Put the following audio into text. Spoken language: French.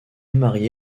marié